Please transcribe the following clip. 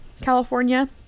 California